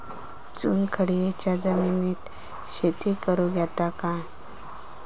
चुनखडीयेच्या जमिनीत शेती करुक येता काय?